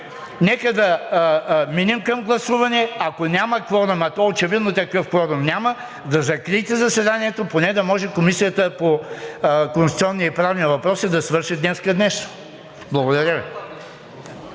Нека да минем към гласуване. Ако няма кворум, а то очевидно такъв кворум няма, да закриете заседанието, поне да може Комисията по конституционни и правни въпроси да свърши днес нещо. Благодаря Ви.